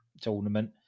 tournament